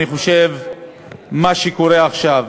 אני חושב שמה שקורה עכשיו,